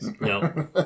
no